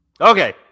Okay